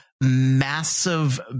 massive